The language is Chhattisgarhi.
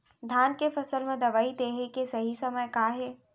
धान के फसल मा दवई देहे के सही समय का हे?